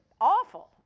awful